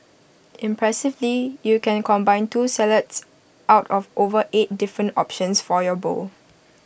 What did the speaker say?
impressively you can combine two salads out of over eight different options for your bowl